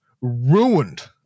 ruined